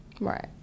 Right